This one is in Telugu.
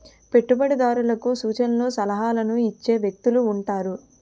పెట్టుబడిదారులకు సూచనలు సలహాలు ఇచ్చే వ్యక్తులు ఉంటారు